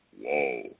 Whoa